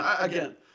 again